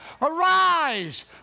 Arise